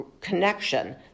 connection